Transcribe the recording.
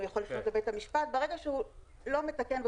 הוא יכול לפנות לבית המשפט ברגע שהוא לא מתקן,